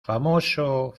famoso